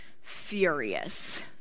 furious